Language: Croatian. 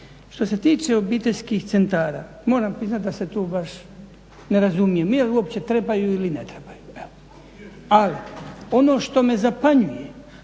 Što se tiče obiteljskih centara moram priznati da se tu baš ne razumijemo. Jel uopće trebaju ili ne trebaju? Ali, ono što me zapanjuje